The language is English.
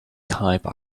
type